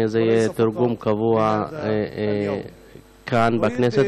הזה יהיה תרגום קבוע כאן בכנסת,